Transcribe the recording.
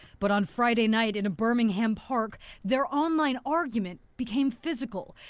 but on friday night in a birmingham park their online argument became physical.